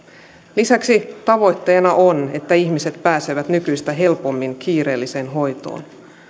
lisäksi tavoitteena on että ihmiset pääsevät nykyistä helpommin kiireelliseen hoitoon